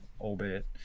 albeit